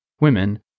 women